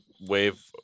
wave